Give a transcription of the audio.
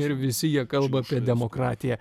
ir visi jie kalba apie demokratiją